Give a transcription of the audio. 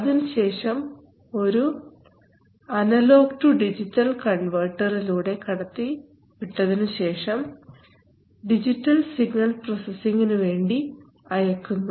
അതിനുശേഷം ഒരു analogue to digital converter ലൂടെ AD converter കടത്തി വിട്ടതിനു ശേഷം ഡിജിറ്റൽ സിഗ്നൽ പ്രോസസ്സിംഗ് നുവേണ്ടി അയ്ക്കുന്നു